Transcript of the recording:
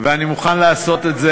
ואני מוכן לעשות את זה,